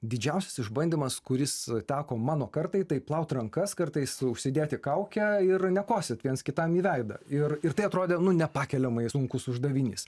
didžiausias išbandymas kuris teko mano kartai tai plaut rankas kartais užsidėti kaukę ir nekosėt viens kitam į veidą ir ir tai atrodė nepakeliamai sunkus uždavinys